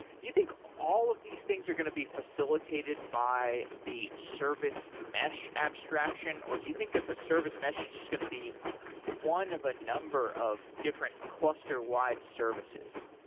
do you think all of these things are going to be facilitated by the service mesh abstraction, or do you think that the service mesh is just going to be one of a number of different cluster wide services?